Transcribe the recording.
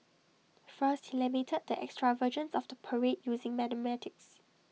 first he lamented the extravagance of the parade using mathematics